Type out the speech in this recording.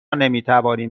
نمیتوانیم